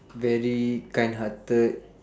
very kindhearted